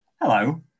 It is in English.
Hello